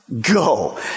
go